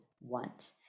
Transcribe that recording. want